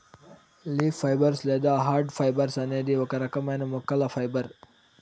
leaf fibres లేదా hard fibres అనేది ఒక రకమైన మొక్కల ఫైబర్